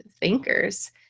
thinkers